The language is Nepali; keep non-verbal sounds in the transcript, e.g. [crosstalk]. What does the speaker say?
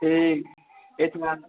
ए [unintelligible]